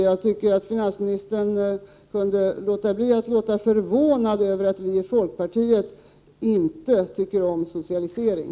Jag tycker att finansministern kunde låta bli att låta förvånad över att vi i folkpartiet inte tycker om socialisering.